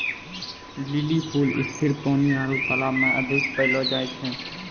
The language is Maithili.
लीली फूल स्थिर पानी आरु तालाब मे अधिक पैलो जाय छै